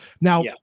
now